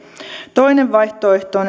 toinen vaihtoehto